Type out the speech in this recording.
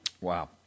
Wow